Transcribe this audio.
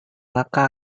maka